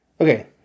okay